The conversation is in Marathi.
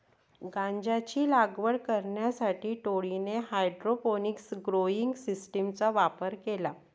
गांजाची लागवड करण्यासाठी टोळीने हायड्रोपोनिक्स ग्रोइंग सिस्टीमचा वापर केला